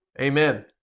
Amen